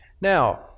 now